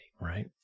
right